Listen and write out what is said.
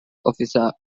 އޮފިސަރ